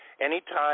Anytime